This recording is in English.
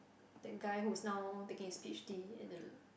that guy who's now taking his peach tea at the